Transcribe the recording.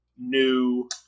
new